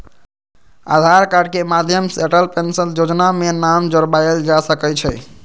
आधार card के माध्यम से अटल पेंशन जोजना में नाम जोरबायल जा सकइ छै